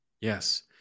Yes